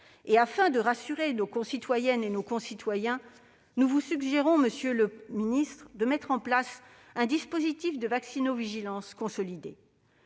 Afin de rassurer nos concitoyennes et nos concitoyens, nous vous suggérons, monsieur le ministre, de mettre en place un dispositif de vaccinovigilance consolidé.